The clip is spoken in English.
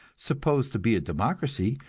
supposed to be a democracy,